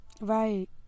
Right